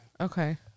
Okay